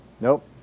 Nope